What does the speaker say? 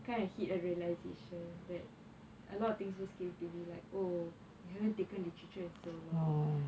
kind of hit a realisation that a lot of things just came to me like oh you haven't taken literature in so long